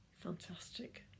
Fantastic